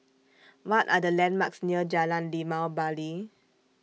What Are The landmarks near Jalan Limau Bali